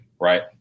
right